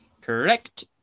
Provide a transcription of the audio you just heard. Correct